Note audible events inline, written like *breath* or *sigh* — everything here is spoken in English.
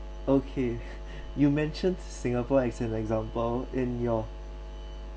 okay *breath* you mentioned singapore as an example in your